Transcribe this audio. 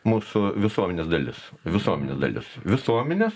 mūsų visuomenės dalis visuomenės dalis visuomenės